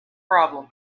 problem